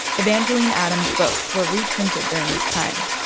evangeline adams' books were reprinted during this time,